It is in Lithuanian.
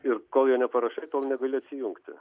ir kol jo neparašai tol negali atsijungti